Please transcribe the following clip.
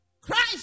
Christ